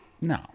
No